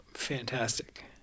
Fantastic